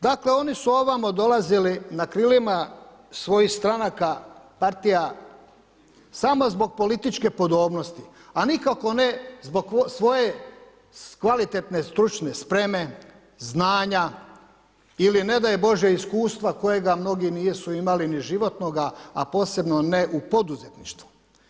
Dakle, oni su ovamo dolazili na krilima svojih stranaka, partija samo zbog političke podobnosti, a nikako ne zbog svoje kvalitetne stručne spreme, znanja ili ne daj bože iskustva kojega mnogi nisu imali ni životnoga, a posebno ne u poduzetništvu.